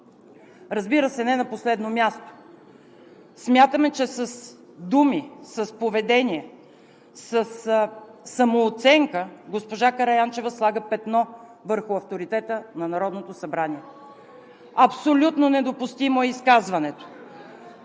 Разбира се, не на последно място, смятаме, че с думи, с поведение, със самооценка госпожа Караянчева слага петно върху авторитета на Народното събрание. Абсолютно недопустимо е изказването,